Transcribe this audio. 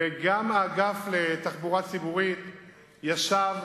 וגם האגף לתחבורה ציבורית ישב,